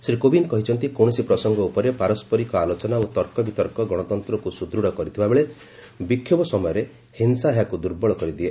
ଶ୍ରୀ କୋବିନ୍ଦ କହିଛନ୍ତି କୌଣସି ପ୍ରସଙ୍ଗ ଉପରେ ପାରସ୍କରିକ ଆଲୋଚନା ଓ ତର୍କ ବିତର୍କ ଗଣତନ୍ତ୍ରକୁ ସୁଦୃଢ଼ କରିଥିବାବେଳେ ବିକ୍ଷୋଭ ସମୟରେ ହିଂସା ଏହାକୁ ଦୁର୍ବଳ କରିଦିଏ